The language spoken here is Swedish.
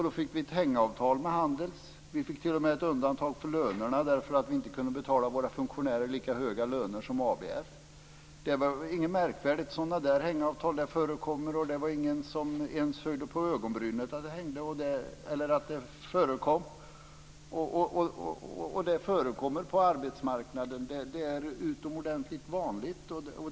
Då fick vi ett hängavtal med Handels. Vi fick t.o.m. ett undantag på lönesidan därför att vi inte kunde betala våra funktionärer lika höga löner som ABF. Det var ingenting märkvärdigt, utan sådana hängavtal förekommer. Det var ingen som ens höjde ögonbrynen över att det här förekom. Detta förekommer alltså på arbetsmarknaden och är utomordentligt vanligt.